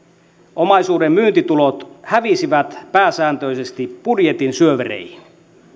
omaisuudenmyyntitulot hävisivät pääsääntöisesti budjetin syövereihin